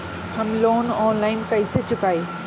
हम loan online कइसे चुकाई?